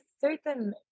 certain